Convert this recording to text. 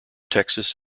texas